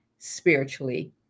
Spiritually